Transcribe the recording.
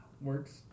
work's